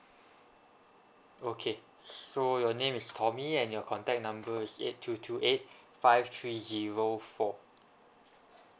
okay so your name is tommy and your contact number is eight two two eight five three zero four